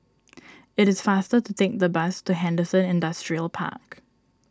it is faster to take the bus to Henderson Industrial Park